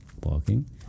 parking